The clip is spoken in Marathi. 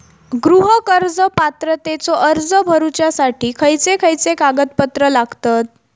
गृह कर्ज पात्रतेचो अर्ज भरुच्यासाठी खयचे खयचे कागदपत्र लागतत?